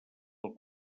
pel